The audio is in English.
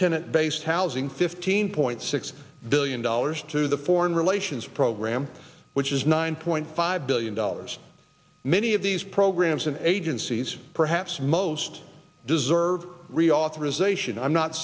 tenant based housing fifteen point six billion dollars to the foreign relations program which is nine point five billion dollars many of these programs and agencies perhaps most deserve reauthorization i'm not